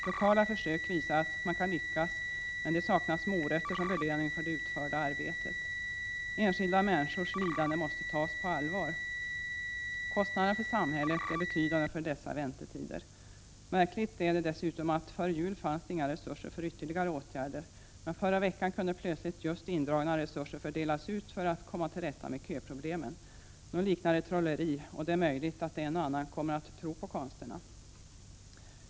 Lokala försök visar att man kan lyckas, men det saknas morötter som belöning för det utförda arbetet. Enskilda människors lidande måste tas på allvar. Kostnaderna för samhället är betydande för dessa väntetider. Före jul fanns det inga resurser för ytterligare åtgärder. Men förra veckan kunde plötsligt just indragna resurser delas ut för att komma till rätta med köproblemen. Detta är märkligt. Nog liknar det trolleri, och det är möjligt att en och annan kommer att tro på konsterna.